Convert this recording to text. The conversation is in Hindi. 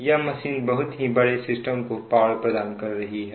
यह मशीन बहुत ही बड़े सिस्टम को पावर प्रदान कर रही है